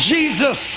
Jesus